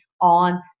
on